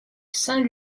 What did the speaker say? saint